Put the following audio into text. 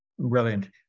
Brilliant